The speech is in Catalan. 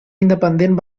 independent